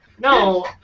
No